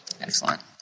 Excellent